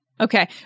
okay